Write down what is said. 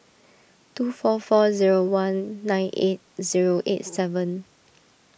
two four four zero one nine eight zero eight seven